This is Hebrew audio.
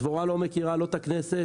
הדבורה לא מכירה לא את הכנסת,